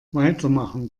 weitermachen